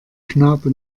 knabe